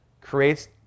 creates